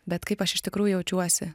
bet kaip aš iš tikrųjų jaučiuosi